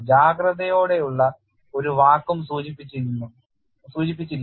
ജാഗ്രതയോടെയുള്ള ഒരു വാക്കും സൂചിപ്പിച്ചിരിക്കുന്നു